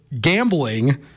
gambling